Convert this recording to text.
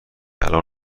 الان